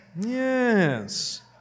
Yes